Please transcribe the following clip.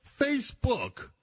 Facebook